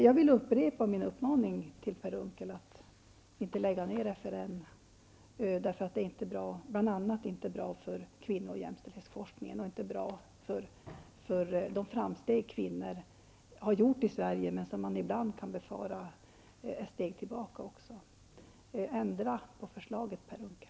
Jag vill upprepa min uppmaning till Per Unckel att inte lägga ner FRN, eftersom det bl.a. inte är bra för kvinno och jämställdhetsforskningen och inte är bra för de framsteg som kvinnor har gjort i Sverige men som man ibland kan befara är steg tillbaka. Ändra på förslaget, Per Unckel!